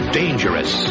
dangerous